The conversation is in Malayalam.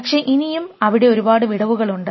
പക്ഷേ ഇനിയും അവിടെ ഒരുപാട് വിടവുകൾ ഉണ്ട്